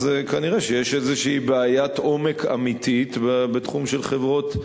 אז כנראה יש איזו בעיית עומק אמיתית בתחום של חברות,